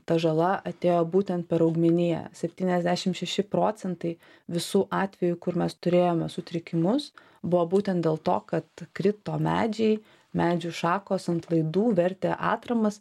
ta žala atėjo būtent per augmeniją septyniasdešim šeši procentai visų atvejų kur mes turėjome sutrikimus buvo būtent dėl to kad krito medžiai medžių šakos ant laidų vertė atramas